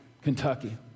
Kentucky